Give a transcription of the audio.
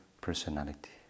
personality